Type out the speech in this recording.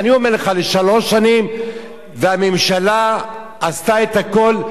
והממשלה עשתה את הכול לצמצם את פער הזמנים,